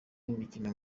y’imikino